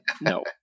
no